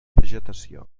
vegetació